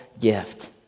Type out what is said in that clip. gift